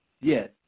Yes